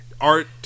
art